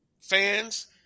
fans